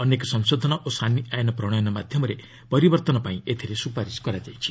ଅନେକ ସଂଶୋଧନ ଓ ସାନି ଆଇନ ପ୍ରଣୟନ ମାଧ୍ୟମରେ ପରିବର୍ତ୍ତନ ପାଇଁ ସୁପାରିଶ୍ କରାଯାଇଛି